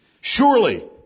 Surely